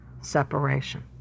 separation